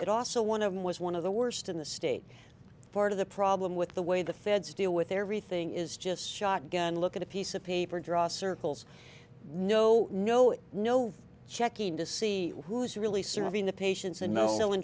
but also one of them was one of the worst in the state part of the problem with the way the feds deal with everything is just shotgun look at a piece of paper draw circles no no no checking to see who's really serving the patients